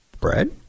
bread